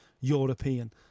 European